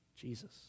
Jesus